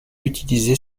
utilisé